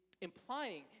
implying